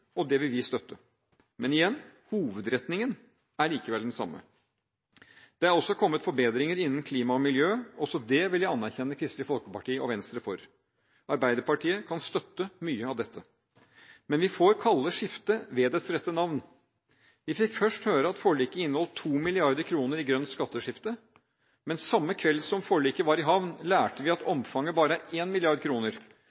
og det vil vi støtte. Men igjen: Hovedretningen er likevel den samme. Det er også kommet forbedringer innen klima og miljø, også det vil jeg anerkjenne Kristelig Folkeparti og Venstre for, Arbeiderpartiet kan støtte mye av dette. Men vi får kalle skiftet ved dets rette navn. Vi fikk først høre at forliket inneholdt 2 mrd. kr i grønt skatteskift. Men samme kveld som forliket var i havn, lærte vi at